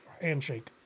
handshake